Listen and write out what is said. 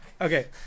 Okay